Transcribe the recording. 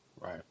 right